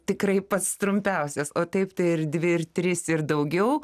tikrai pats trumpiausias o taip ir dvi ir trys ir daugiau